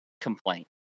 complaint